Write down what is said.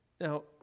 Now